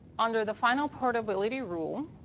under the final portability rule,